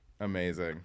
Amazing